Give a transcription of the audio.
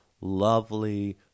lovely